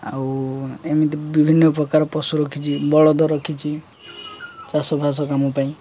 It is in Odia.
ଆଉ ଏମିତି ବିଭିନ୍ନ ପ୍ରକାର ପଶୁ ରଖିଛି ବଳଦ ରଖିଛି ଚାଷଫାଷ କାମ ପାଇଁ